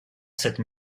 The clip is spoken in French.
cette